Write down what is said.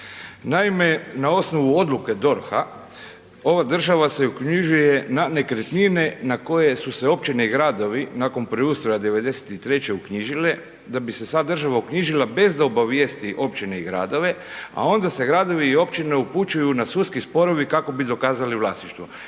Naime, na osnovu odluke DORH-a, ovo država se uknjižuje na nekretnine na koje su se općine i gradovi nakon preustroja '93. uknjižile, da bi se sad država uknjižila bez da obavijesti općine i gradove a onda se gradovi i općine upućuju na sudske sporove kako bi dokazali vlasništvo.